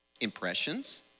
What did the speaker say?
impressions